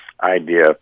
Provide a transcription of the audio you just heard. idea